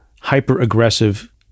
hyper-aggressive